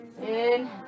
Inhale